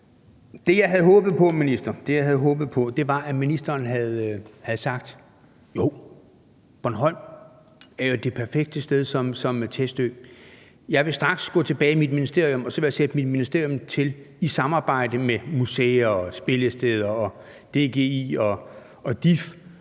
Det, jeg havde håbet på, minister, var, at ministeren havde sagt: Jo, Bornholm er perfekt som testø; det er det perfekte sted, og jeg vil straks gå tilbage i mit ministerium og simpelt hen sætte mit ministerium til i samarbejde med museer og spillesteder og DGI og DIF